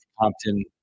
Compton